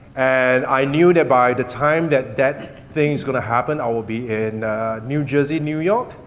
and i knew that by the time that that thing's gonna happen, i will be in new jersey, new york,